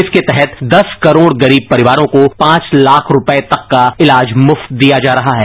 इसके तहत दस करोड़ गरीब परिवारों को पांच लाख रूपये तक का इलाज मुफ्त दिया जा रहा है